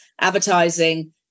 advertising